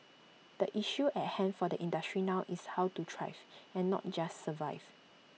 the issue at hand for the industry now is how to thrive and not just survive